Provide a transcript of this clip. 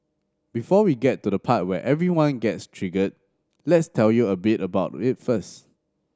before we get to the part where everyone gets triggered let's tell you a bit about it first